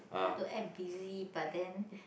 like to act busy but then